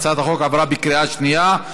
הצעת החוק עברה בקריאה שנייה.